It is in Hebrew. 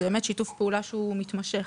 זה באמת שיתוף פעולה שהוא מתמשך.